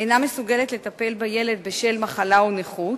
איננה מסוגלת לטפל בילד, בשל מחלה או נכות.